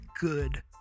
good